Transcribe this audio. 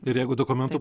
ir jeigu dokumentų